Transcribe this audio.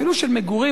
אפילו של מגורים,